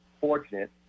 fortunate